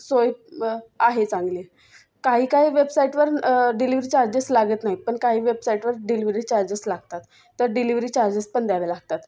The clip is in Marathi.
सोय आहे चांगली काही काही वेबसाईटवर डिलिव्हरी चार्जेस लागत नाही पण काही वेबसाईटवर डिलिव्हरी चार्जेस लागतात तर डिलिव्हरी चार्जेस पण द्यावे लागतात